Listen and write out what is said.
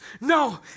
No